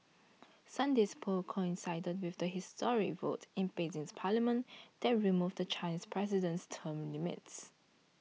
Sunday's polls coincided with the historic vote in Beijing's parliament that removed the Chinese president's term limits